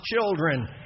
children